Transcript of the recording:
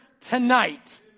tonight